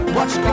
watch